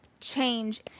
change